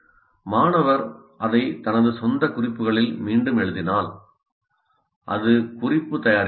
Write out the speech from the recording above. மாணவர் அதை தனது சொந்த குறிப்புகளில் மீண்டும் எழுதினால் அது குறிப்பு தயாரித்தல் அல்ல